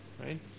Right